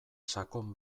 sakon